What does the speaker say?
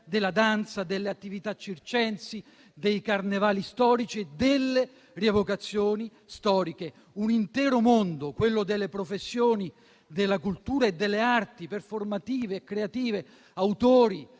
della danza, delle attività circensi, dei carnevali storici e delle rievocazioni storiche. È un intero mondo, quello delle professioni della cultura e delle arti performative e creative: autori,